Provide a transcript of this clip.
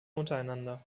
untereinander